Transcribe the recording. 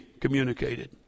communicated